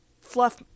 fluff